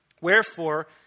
Wherefore